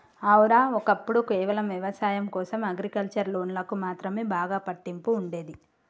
ఔర, ఒక్కప్పుడు కేవలం వ్యవసాయం కోసం అగ్రికల్చర్ లోన్లకు మాత్రమే బాగా పట్టింపు ఉండేది